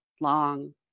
long